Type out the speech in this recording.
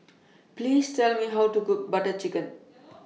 Please Tell Me How to Cook Butter Chicken